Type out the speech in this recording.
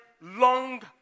long